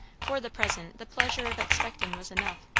for the present, the pleasure of expecting was enough.